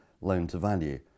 loan-to-value